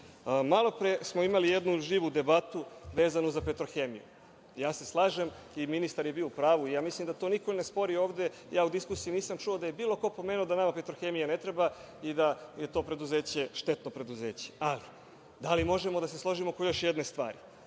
smo imali jednu živu debatu vezano za „Petrohemiju“. Ja se slažem, i ministar je bio u pravu. Ja mislim da to niko ne spori ovde. Ja u diskusiji nisam čuo da je bilo ko pomenuo da nama „Petrohemija“ ne treba i da je to preduzeće štetno preduzeće. Ali, da li možemo da se složimo oko još jedne stvari,